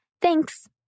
Thanks